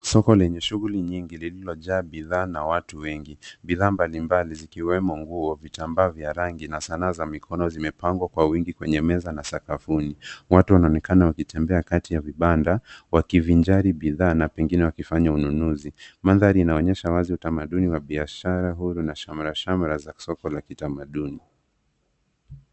Soko lenye shughuli nyingi lililojaa bidhaa na watu wengi bidhaa mbalimbali zikiwemo nguo, vitambaa vya rangi na sanaa za mikoni zimepangwa kwa wingi kwenye meza na sakafuni watu wanaonekana wakitembea kati ya vibanda wakivinjari bidhaa na pengine wakifanya ununuzi mandhari inaonyesha wazi utamaduni wa biashara huru na shamrashamra za soko ya kitamaduni.